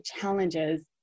challenges